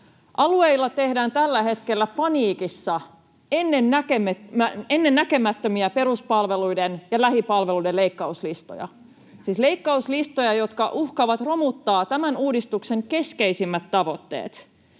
Alueilla tehdään tällä hetkellä paniikissa ennennäkemättömiä peruspalveluiden ja lähipalveluiden leikkauslistoja — siis leikkauslistoja, jotka uhkaavat romuttaa tämän uudistuksen keskeisimmät tavoitteet.